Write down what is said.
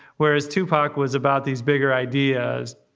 whereas tupac was about these bigger ideas